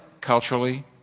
culturally